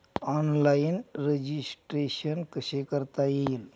Online registration कसे करता येईल?